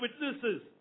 witnesses